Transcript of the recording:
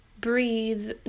breathe